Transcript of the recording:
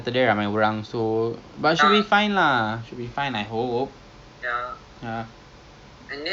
there is uh another one ah gogreen segway the segway it's only five token for